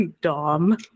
Dom